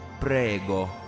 prego